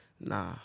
nah